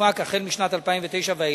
שתופק החל משנת 2009 ואילך,